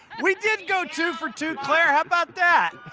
we did go two for two, claire. how about that.